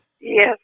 Yes